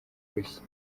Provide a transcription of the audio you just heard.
urushyi